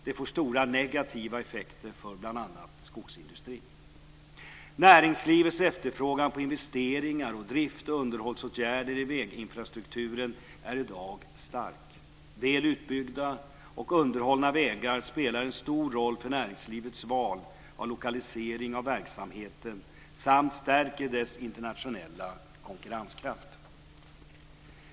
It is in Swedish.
Det får stora negativa effekter för bl.a. Näringslivets efterfrågan på investeringar i driftoch underhållsåtgärder i väginfrastrukturen är i dag stark. Väl utbyggda och underhållna vägar spelar en stor roll för näringslivets val för lokalisering av verksamheter och stärker dess internationella konkurrenskraft.